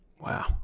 Wow